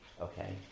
Okay